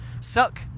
Suck